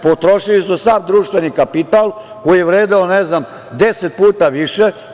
Potrošili su sav društveni kapital koji je vredeo, ne znam, deset puta više.